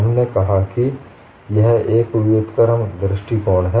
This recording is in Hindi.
हमने कहा कि यह एक व्युत्क्रम दृष्टिकोण है